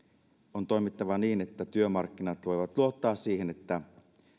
on toimittava niin että työmarkkinat voivat luottaa siihen että